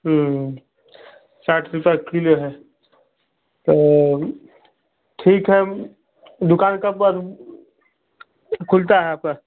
साठ रुपये किलो है तो ठीक है दुकान कब खुलता है आपका